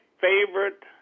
favorite